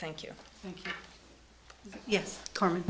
thank you yes carmen